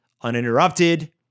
uninterrupted